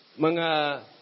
mga